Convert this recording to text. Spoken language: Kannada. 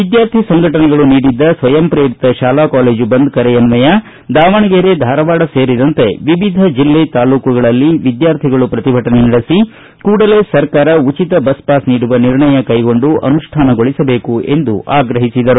ವಿದ್ಯಾರ್ಥಿ ಸಂಘಟನೆಗಳು ನೀಡಿದ್ದ ಸ್ವಯಂ ಪ್ರೇರಿತ ಶಾಲಾ ಕಾಲೇಜು ಬಂದ್ ಕರೆಯನ್ನಯ ದಾವಣಗೆರೆ ಧಾರವಾಡ ಸೇರಿದಂತೆ ವಿವಿಧ ಜೆಲ್ಲೆ ತಾಲ್ಲೂಕುಗಳಲ್ಲಿ ವಿದ್ಯಾರ್ಥಿಗಳು ಪ್ರತಿಭಟನೆ ನಡೆಸಿ ಕೂಡಲೇ ಸರ್ಕಾರ ಉಚಿತ ಬಸ್ ಪಾಸ ನೀಡುವ ನಿರ್ಣಯ ಕೈಗೊಂಡು ಅನುಷ್ಠಾನಗೊಳಿಸಬೇಕು ಎಂದು ಆಗ್ರಹಿಸಿದರು